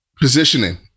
positioning